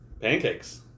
Pancakes